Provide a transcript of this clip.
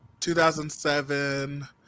2007